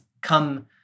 come